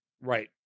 Right